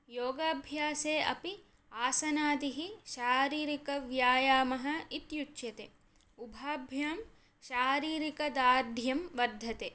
योगाभ्यासे अपि आसनादिः शारीरिकव्यायामः इत्युच्यते उभाभ्यां शारीरिकदार्ढ्यं वर्धते